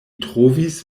trovis